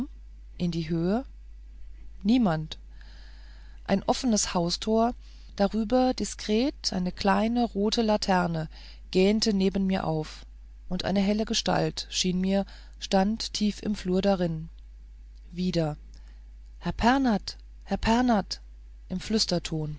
in die höhe niemand ein offenes haustor darüber diskret eine kleine rote laterne gähnte neben mir auf und eine helle gestalt schien mir stand tief im flur darin wieder herr pernath herr pernath im